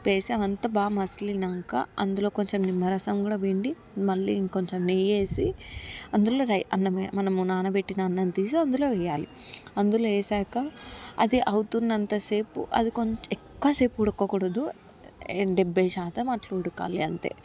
ఉప్పు వేసి అవంతా బాగా మసిలినాకా అందులో కొంచెం నిమ్మరసం కూడా పిండి మళ్ళీ ఇంకొంచెం నెయ్యేసి అందులో రై అన్నం వెయ్యాలి మనం నానబెట్టిన అన్నం తీసే అందులో వెయ్యాలి అందులో వేసాక అది అవుతున్నంతసేపు అది కొంచెం ఎక్కువ సేపు ఉడకకూడదు డెబ్భై శాతం అట్లా ఉడకాలి అంతే